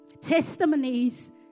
testimonies